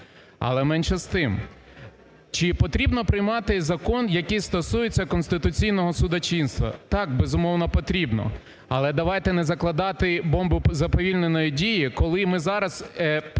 Але менше з тим, чи потрібно приймати закон, який стосується конституційного судочинства? Так, безумовно, потрібно. Але давайте не закладати бомбу вповільненої дії, коли ми зараз